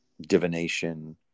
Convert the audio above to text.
divination